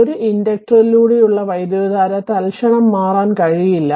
ഒരു ഇൻഡക്റ്ററിലൂടെയുള്ള വൈദ്യുതധാര തൽക്ഷണം മാറാൻ കഴിയില്ല